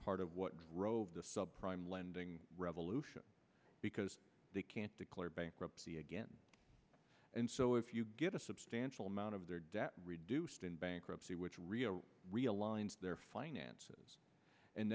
part of what drove the subprime lending revolution because they can't declare bankruptcy again and so if you get a substantial amount of their debt reduced in bankruptcy which reo realigns their finances and